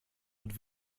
mit